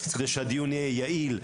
כדי שהדיון יהיה יעיל,